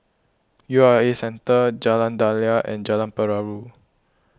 U R A Centre Jalan Daliah and Jalan Perahu